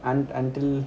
un~ until